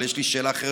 אבל יש לי שאלה אחרת,